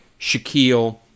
shaquille